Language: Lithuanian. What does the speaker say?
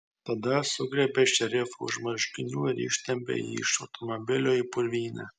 tada sugriebė šerifą už marškinių ir ištempė jį iš automobilio į purvynę